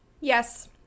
Yes